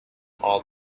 all